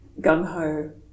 gung-ho